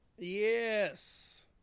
Yes